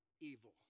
evil